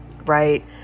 right